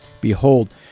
Behold